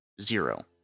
Zero